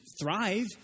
thrive